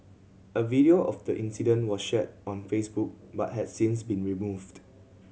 a video of the incident was shared on Facebook but has since been removed